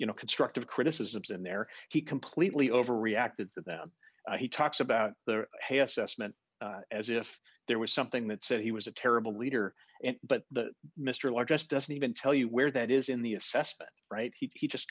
you know constructive criticisms and there he completely overreacted to them he talks about their hay assessment as if there was something that said he was a terrible leader but that mr lott just doesn't even tell you where that is in the assessment right he just